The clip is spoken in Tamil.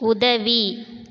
உதவி